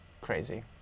crazy